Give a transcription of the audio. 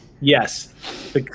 Yes